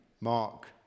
Mark